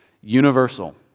universal